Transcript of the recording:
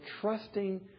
trusting